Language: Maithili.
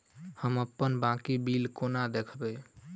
हम अप्पन बाकी बिल कोना देखबै?